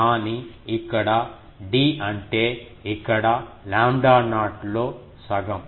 కానీ ఇక్కడ d అంటే ఇక్కడ లాంబ్డా నాట్ లో సగం